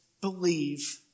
believe